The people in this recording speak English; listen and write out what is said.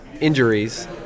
injuries